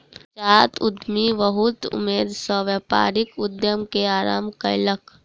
नवजात उद्यमी बहुत उमेद सॅ व्यापारिक उद्यम के आरम्भ कयलक